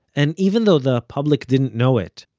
and even though the public didn't know it,